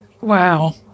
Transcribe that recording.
Wow